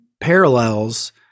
parallels